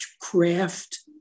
craft